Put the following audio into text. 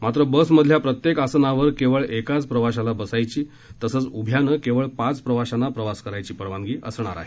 मात्र बसमधल्या प्रत्येक आसनावर केवळ एकाच प्रवाशाला बसायची तसच उभ्यानं केवळ पाच प्रवाशांना प्रवास करायची परवानगी असणार आहे